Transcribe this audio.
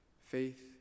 Faith